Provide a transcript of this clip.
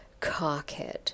cockhead